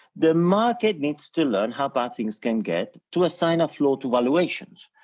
the market needs to learn how bad things can get to assign a floor to valuations.